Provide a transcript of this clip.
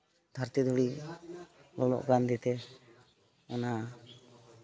ᱫᱷᱟᱹᱨᱛᱤ ᱫᱷᱩᱲᱤ ᱞᱚᱞᱚᱜ ᱠᱟᱱ ᱫᱤᱭᱮ ᱛᱮ ᱚᱱᱟ